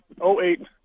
08